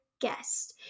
guest